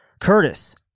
Curtis